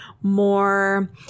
more